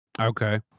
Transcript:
Okay